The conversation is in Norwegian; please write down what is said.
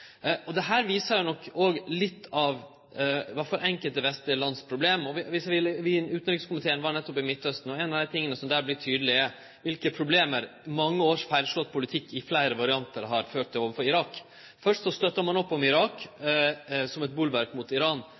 nok òg litt av, i alle fall enkelte, vestlege lands problem. Utanrikskomiteen var nettopp i Midtausten, og noko av det som der vart tydeleg, var kva for problem mange års feilslått politikk i fleire variantar har ført til overfor Irak. Først støttar ein opp om Irak som eit bolverk mot Iran.